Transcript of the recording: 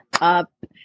up